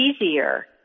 easier